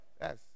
Yes